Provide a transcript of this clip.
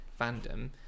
fandom